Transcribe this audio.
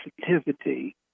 sensitivity